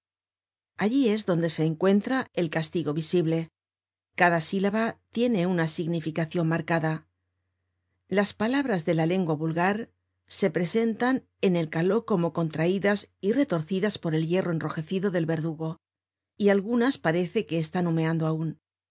allí es donde se encuentra el castigo visible cada sílaba tiene una significacion marcada las palabras de la lengua vulgar se presentan en el caló como contraidas y retorcidas por el hierro enrojecido del verdugo y algunas parece que están humeando aun